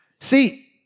See